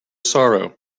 sorrow